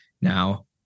Now